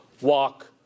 Walk